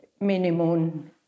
minimum